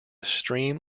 stream